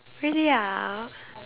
really ah